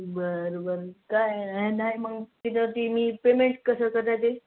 बरं बरं काही नाही मग तिकडे ती मी पेमेंट कसं करायचं ते